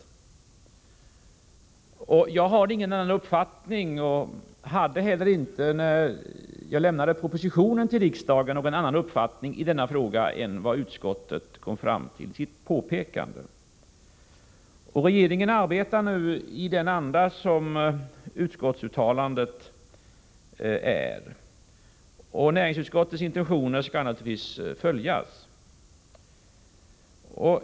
Jag har ingen annan uppfattning och hade det inte heller då jag lämnade propositionen till riksdagen, än vad utskottet kom fram till i sitt påpekande. Regeringen arbetar nu i den anda som kommit till uttryck i utskottsbetänkandet; näringsutskottets intentioner skall naturligtvis följas.